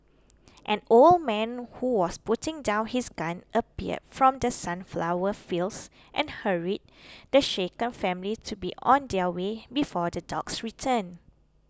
an old man who was putting down his gun appeared from the sunflower fields and hurried the shaken family to be on their way before the dogs return